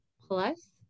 plus